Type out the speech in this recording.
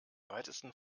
weitesten